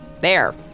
There